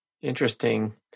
Interesting